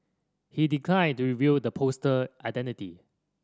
he declined to reveal the poster identity